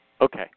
Okay